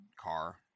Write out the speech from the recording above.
car